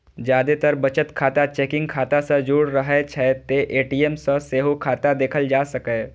जादेतर बचत खाता चेकिंग खाता सं जुड़ रहै छै, तें ए.टी.एम सं सेहो खाता देखल जा सकैए